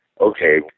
okay